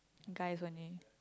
guys only